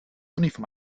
uniform